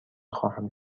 خواهم